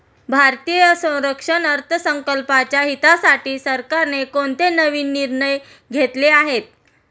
भारतीय संरक्षण अर्थसंकल्पाच्या हितासाठी सरकारने कोणते नवीन निर्णय घेतले आहेत?